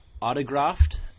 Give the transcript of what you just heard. autographed